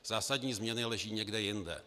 Zásadní změny leží někde jinde.